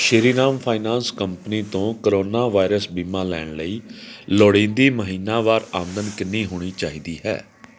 Shriram finance company ਤੋਂ corona virus ਬੀਮਾ ਲੈਣ ਲਈ ਲੋੜੀਂਦੀ ਮਹੀਨਾਵਾਰ ਆਮਦਨ ਕਿੰਨੀ ਹੋਣੀ ਚਾਹੀਦੀ ਹੈ